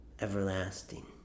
everlasting